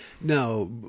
Now